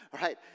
Right